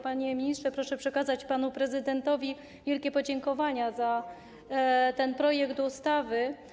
Panie ministrze, proszę przekazać panu prezydentowi wielkie podziękowania za ten projekt ustawy.